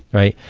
right?